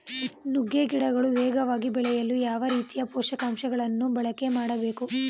ನುಗ್ಗೆ ಗಿಡಗಳು ವೇಗವಾಗಿ ಬೆಳೆಯಲು ಯಾವ ರೀತಿಯ ಪೋಷಕಾಂಶಗಳನ್ನು ಬಳಕೆ ಮಾಡಬೇಕು?